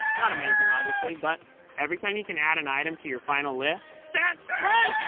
not amazing, obviously, but every time you can add an item to your final list, that's treasure.